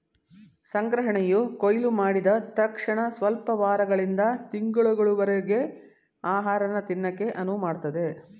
ಸಂಗ್ರಹಣೆಯು ಕೊಯ್ಲುಮಾಡಿದ್ ತಕ್ಷಣಸ್ವಲ್ಪ ವಾರಗಳಿಂದ ತಿಂಗಳುಗಳವರರ್ಗೆ ಆಹಾರನ ತಿನ್ನಕೆ ಅನುವುಮಾಡ್ತದೆ